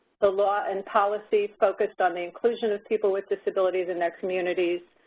the law and policy focused on the inclusion of people with disabilities in their communities.